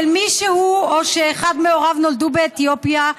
של מי שהוא או שאחד מהוריו נולדו באתיופיה,